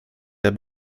der